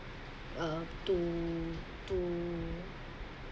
uh to to